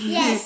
Yes